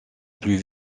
plus